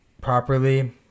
properly